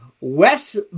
Wes